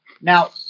Now